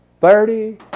thirty